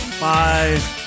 Bye